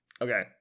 Okay